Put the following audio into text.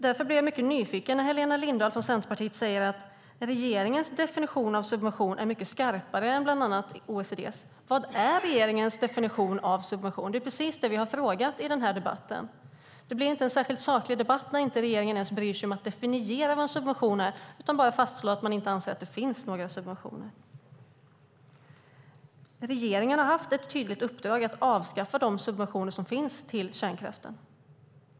Därför blir jag mycket nyfiken när Helena Lindahl från Centerpartiet säger att regeringens definition av subvention är mycket skarpare än bland annat OECD:s. Vad är regeringens definition av subvention? Det är precis det vi har frågat i den här debatten. Det blir inte en särskilt saklig debatt när regeringen inte ens bryr sig om att definiera en subvention utan bara fastslår att man inte anser att det finns några subventioner. Regeringen har haft ett tydligt uppdrag att avskaffa de subventioner som finns till kärnkraften.